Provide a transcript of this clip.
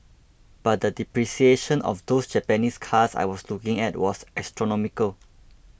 but the depreciation of those Japanese cars I was looking at was astronomical